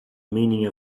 meaning